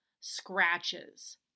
scratches